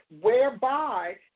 whereby